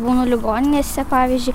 būnu ligoninėse pavyzdžiui